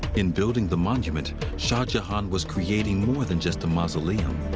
in building the monument, shah jahan was creating more than just a mausoleum.